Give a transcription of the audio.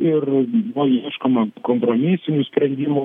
ir o ieškoma kompromisinių sprendimų